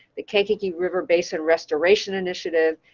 the kankakee river base and restoration initiative,